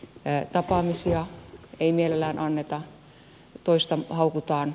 tapaamisia ei mielellään anneta toista haukutaan